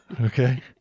okay